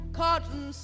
cotton